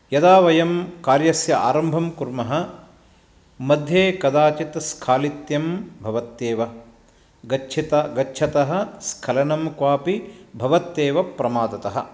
यदा वयं कार्यस्य आरम्भं कुर्मः मध्ये कदाचित् स्खालित्यं भवत्येव गच्छित गच्छतः स्खलनं क्वापि भवत्येव प्रमादतः